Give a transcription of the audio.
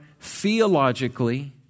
theologically